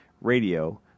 radio